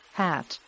hat